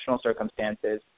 circumstances